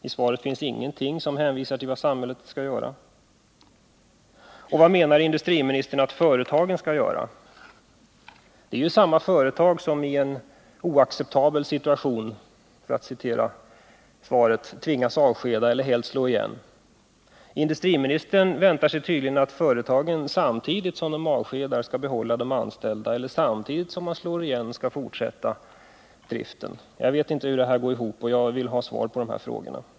I svaret finns ingenting som redogör för vad samhället skall göra. Det är ju samma företag som i en oacceptabel situation, som det står i svaret, tvingas avskeda eller helt slå igen. Industriministern väntar sig tydligen att företagen samtidigt som de avskedar skall behålla de anställda eller att de samtidigt som de slår igen skall fortsätta driften. Jag vet inte hur detta går ihop och vill därför ha svar på frågorna.